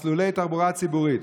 מסלולי תחבורה ציבורית,